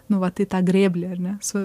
nu vat į tą grėblį ar ne su